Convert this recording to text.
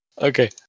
Okay